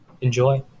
Enjoy